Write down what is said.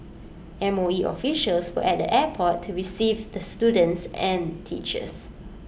M O E officials were at the airport to receive the students and teachers